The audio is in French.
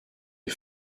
les